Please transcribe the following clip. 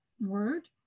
word